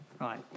Right